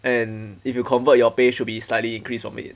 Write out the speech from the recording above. and if you convert your pay should be slightly increased from it